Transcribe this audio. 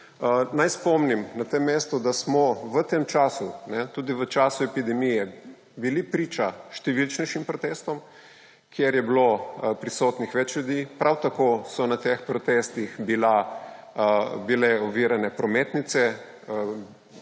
Naj spomnim na tem mestu, da smo v tem času, tudi v času epidemije, bili priča številčnejšim protestom, kjer je bilo prisotnih več ljudi, prav tako so bile na teh protestih ovirane prometnice,